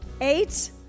Eight